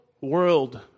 world